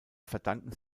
verdanken